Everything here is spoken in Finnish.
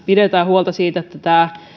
pidetään huolta siitä että tämä